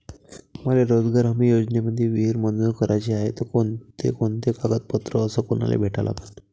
मले रोजगार हमी योजनेमंदी विहीर मंजूर कराची हाये त कोनकोनते कागदपत्र अस कोनाले भेटा लागन?